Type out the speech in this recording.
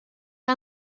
que